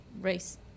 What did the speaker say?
race